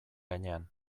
gainean